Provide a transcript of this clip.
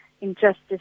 injustice